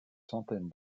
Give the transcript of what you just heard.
centaine